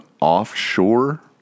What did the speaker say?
offshore